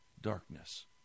darkness